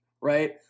right